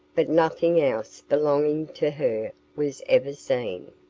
but nothing else belonging to her was ever seen.